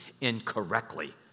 incorrectly